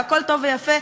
והכול טוב ויפה.